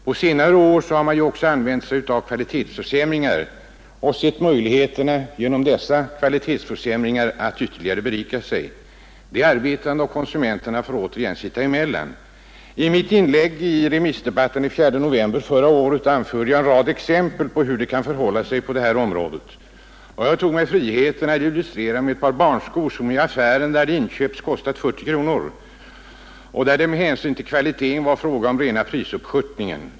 På senare år har man också sett kvalitetsförsämringar som en möjlighet att ytterligare berika sig. De arbetande och konsumenterna får återigen sitta emellan. I mitt inlägg i remissdebatten den 4 november förra året anförde jag en rad exempel på hur det kan förhålla sig på det här området. Jag tog mig friheten att illustrera detta med att nämna priset på ett par barnskor som i affären där de köpts kostat 40 kronor och där det med hänsyn till kvaliteten var fråga om rena prisuppskörtningen.